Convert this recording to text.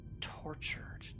tortured